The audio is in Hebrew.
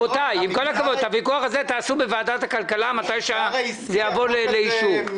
את הוויכוח הזה תעשו בוועדת הכלכלה כשהחוק הזה יבוא לאישור.